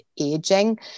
aging